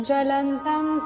Jalantam